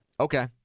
Okay